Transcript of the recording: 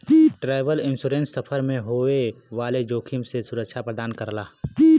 travel insurance सफर में होए वाले जोखिम से सुरक्षा प्रदान करला